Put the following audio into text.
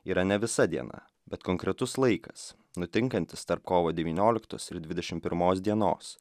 yra ne visa diena bet konkretus laikas nutinkantis tarp kovo devynioliktos ir dvidešimt pirmos dienos